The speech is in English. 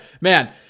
man